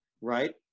right